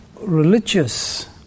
religious